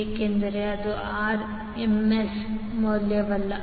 ಏಕೆಂದರೆ ಇದು ಆರ್ಎಂಎಸ್ ಮೌಲ್ಯವಲ್ಲ